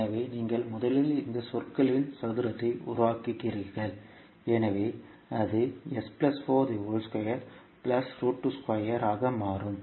எனவே நீங்கள் முதலில் இந்த சொற்களின் சதுரத்தை உருவாக்குவீர்கள் எனவே அது ஆக மாறும்